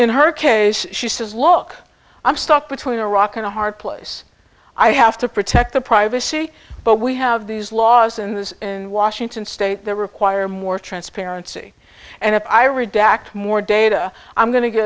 in her case she says look i'm stuck between a rock and a hard place i have to protect the privacy but we have these laws in this in washington state there require more transparency and if i redact more data i'm going to get